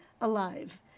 alive